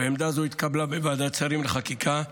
עמדה זו התקבלה בוועדת שרים לחקיקה,